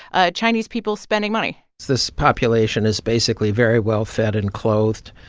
ah chinese people spending money this population is basically very well-fed and clothed.